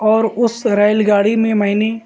اور اس ریل گاڑی میں میں نے